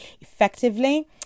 effectively